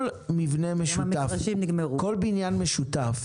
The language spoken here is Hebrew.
כל מבנה משותף, כל בניין משותף,